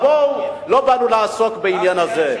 אבל בואו, לא באנו לעסוק בעניין הזה.